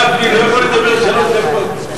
גפני לא יכול לדבר שלוש דקות.